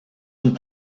and